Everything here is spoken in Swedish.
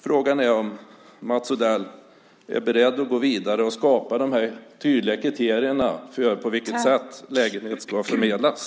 Frågan är om Mats Odell är beredd att gå vidare och skapa de här tydliga kriterierna för på vilket sätt lägenheter ska förmedlas.